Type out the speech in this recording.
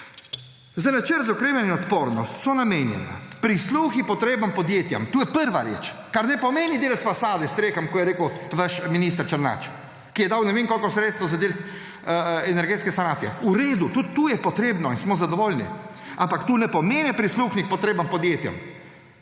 Za Načrt za okrevanje in odpornost so namenjeni prisluhi potrebam podjetjem. To je prva reč, kar ne pomeni delati fasade streham, kot je rekel vaš minister Černač, ki je dal ne vem koliko sredstev za del energetske sanacije. V redu, tudi tu je potrebno in smo zadovoljni, ampak to ne pomeni prisluhniti potrebam podjetjem,